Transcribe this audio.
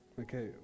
Okay